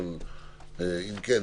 ואם כן,